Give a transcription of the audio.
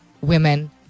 women